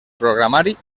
programari